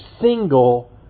single